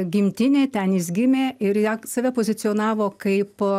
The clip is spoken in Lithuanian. gimtinė ten jis gimė ir ją save pozicionavo kaip